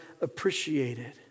appreciated